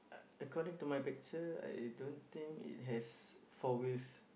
uh according to my picture I don't think it has four wheels